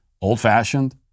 old-fashioned